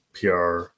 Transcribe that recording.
pr